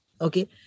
okay